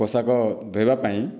ପୋଷାକ ଧୋଇବା ପାଇଁ